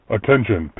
Attention